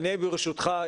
ברשותך,